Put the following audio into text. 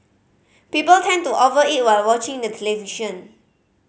people tend to over eat while watching the television